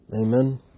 Amen